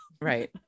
Right